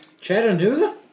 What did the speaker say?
Chattanooga